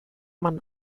man